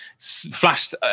flashed